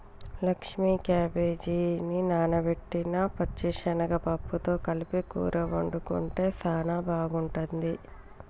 లక్ష్మీ క్యాబేజిని నానబెట్టిన పచ్చిశనగ పప్పుతో కలిపి కూర వండుకుంటే సానా బాగుంటుంది